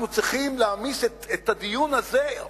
אנחנו צריכים להעמיס את הדיון הזה,